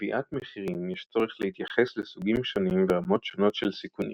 בקביעת מחירים יש צורך להתייחס לסוגים שונים ורמות שונות של סיכונים.